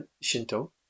Shinto